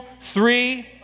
three